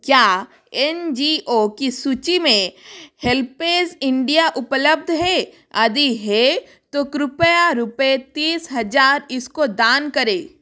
क्या N G O की सूची में हेल्पऐज इंडिया उपलब्ध है यदि है तो कृपया रुपये तीस हज़ार इसको दान करें